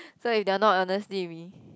so if they're not honestly with me